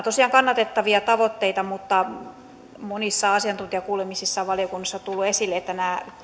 tosiaan kannatettavia tavoitteita mutta monissa asiantuntijakuulemisissa on valiokunnassa tullut esille että